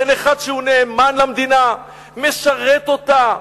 בין אחד שהוא נאמן למדינה, משרת אותה,